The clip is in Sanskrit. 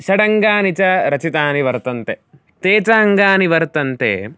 षडङ्गानि च रचितानि वर्तन्ते ते च अङ्गानि वर्तन्ते